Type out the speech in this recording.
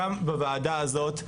גם בוועדה הזאת,